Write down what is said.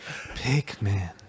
Pikmin